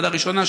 ועדה ראשונה,